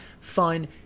fun